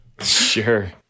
Sure